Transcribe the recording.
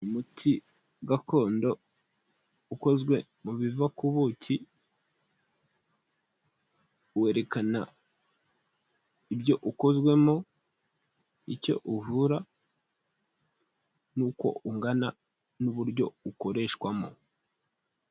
Umuti gakondo ukozwe mu biva ku buki werekana ibyo ukozwemo icyo uvura n'uko ungana n'uburyo ukoreshwamo.